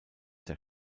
der